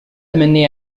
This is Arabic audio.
مني